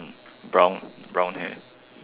brown brown hair